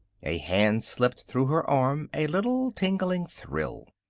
a hand slipped through her arm a little tingling thrill.